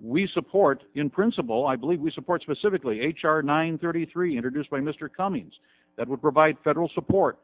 we support in principle i believe we support specifically h r nine thirty three introduced by mr cummings that would provide federal support